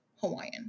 Hawaiian